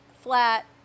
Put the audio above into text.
flat